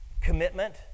commitment